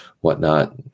whatnot